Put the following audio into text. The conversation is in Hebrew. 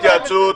התייעצות.